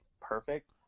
perfect